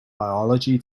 biology